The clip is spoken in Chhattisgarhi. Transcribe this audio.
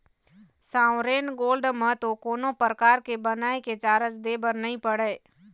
सॉवरेन गोल्ड म तो कोनो परकार के बनाए के चारज दे बर नइ पड़य